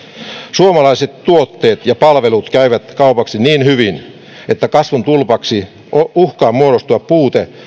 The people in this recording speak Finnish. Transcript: suomalaiset tuotteet ja palvelut käyvät kaupaksi niin hyvin että kasvun tulpaksi uhkaa muodostua puute